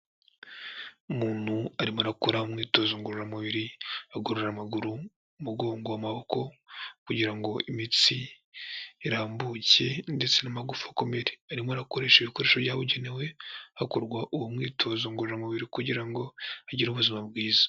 Umuntu arimo arakora umwitozo ngororamubiri agorora amaguru, umugongo, amaboko kugira ngo imitsi irambuke ndetse n'amagufa akomere, arimo arakoresha ibikoresho byabugenewe hakorwa uwo mwitozo ngororamubiri kugira ngo agire ubuzima bwiza.